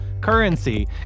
currency